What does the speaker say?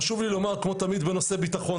חשוב לי לומר כמו תמיד בנושא ביטחון,